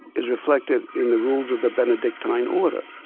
is reflected in the rules of the benedictine order,